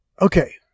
okay